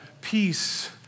peace